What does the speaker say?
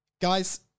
Guys